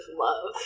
love